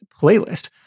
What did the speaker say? playlist